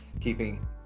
keeping